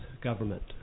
government